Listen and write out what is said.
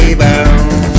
bound